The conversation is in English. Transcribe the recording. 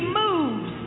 moves